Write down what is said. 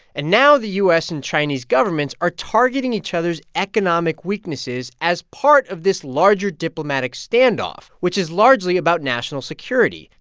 and now, the u s. and chinese governments are targeting each other's economic weaknesses as part of this larger diplomatic standoff, which is largely about national security.